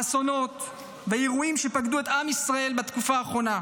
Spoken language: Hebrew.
האסונות והאירועים שפקדו את עם ישראל בתקופה האחרונה,